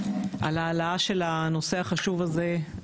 על ההעלאה של הנושא החשוב הזה,